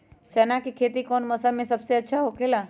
चाना के खेती कौन मौसम में सबसे अच्छा होखेला?